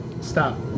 Stop